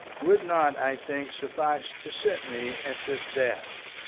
would not, i think, suffice to set me at this desk.